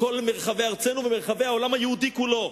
מכל מרחבי ארצנו וממרחבי העולם היהודי כולו,